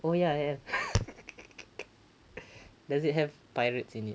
well ya ya ya does it have pirates in it